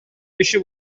киши